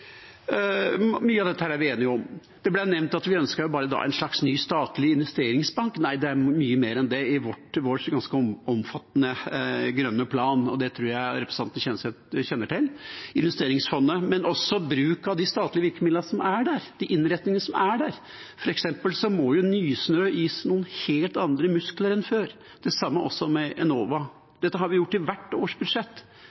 Mye av dette er vi enige om. Det ble nevnt at vi bare ønsker en slags ny statlig investeringsbank. Nei, det er mye mer enn det i vår ganske omfattende grønne plan, og det tror jeg representanten Kjenseth kjenner til. Det er investeringsfondet, men også bruk av de statlige virkemidlene som er der, innretningene som er der. For eksempel må Nysnø gis noen helt andre muskler enn før, det samme også med